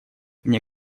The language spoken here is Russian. мне